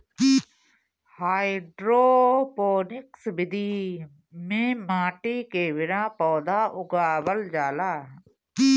hydroponics विधि में माटी के बिना पौधा उगावल जाला